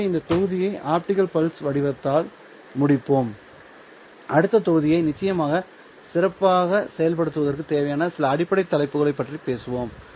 எனவே இந்த தொகுதியை ஆப்டிகல் பல்ஸ் வடிவத்தால் முடிப்போம் அடுத்த தொகுதியில் நிச்சயமாக சிறப்பாக செயல்படுவதற்கு தேவையான சில அடிப்படை தலைப்புகளைப் பற்றி பேசுவோம்